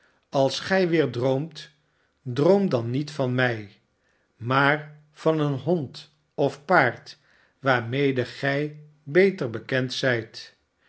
als gij weer droomt droom dan niet van mij maar van een hond of paard waarmede gij beter bekend zijt